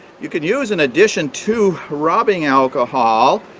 you can use, in addition to rubbing alcohol,